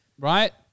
Right